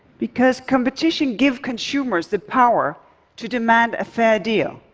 because competition gives consumers the power to demand a fair deal.